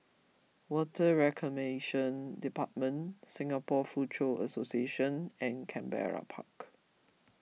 Water Reclamation Department Singapore Foochow Association and Canberra Park